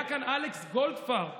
היה כאן אלכס גולדפרב,